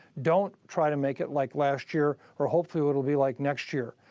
don't try to make it like last year or, hopefully, it'll be like next year.